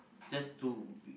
just to be